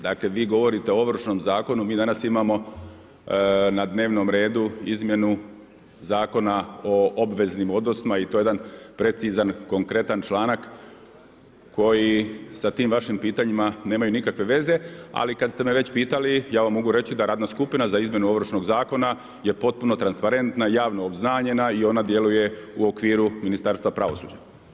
Dakle vi govorite o Ovršnom zakonu, mi danas imamo na dnevnom redu izmjenu Zakona o obveznim odnosima i to je jedan precizan, konkretan članak koji sa tim vašim pitanjima nemaju nikakve veze, a li kad ste me već pitali, ja vam mogu reći da radna skupina za izmjenu Ovršnog zakona je potpuno transparentna, javno obznanjena i ona djeluje u okviru Ministarstva pravosuđa.